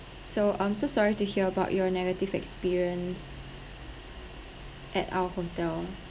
so I'm so sorry to hear about your negative experience at our hotel